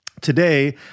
today